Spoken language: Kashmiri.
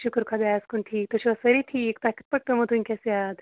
شُکر خۄدایَس کُن ٹھیٖک تُہۍ چھُوا سٲری ٹھیٖک تۄہہِ کِتھ پٲٹھۍ پیوٚمُت وٕنۍکٮ۪س یاد